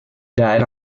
died